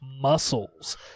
muscles